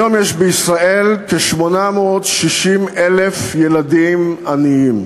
היום יש בישראל כ-860,000 ילדים עניים.